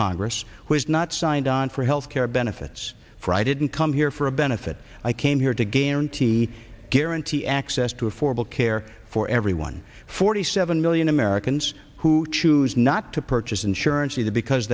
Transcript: congress who has not signed on for health care benefits for i didn't come here for a benefit i came here to guarantee guarantee access to affordable care for everyone forty seven million americans who choose not to purchase insurance either because